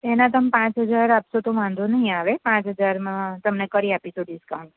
એના તમે પાંચ હજાર આપશો તો વાંધો નહીં આવે પાંચ હજારમાં તમને કરી આપીશું ડિસકાઉન્ટ